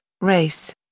race